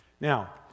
Now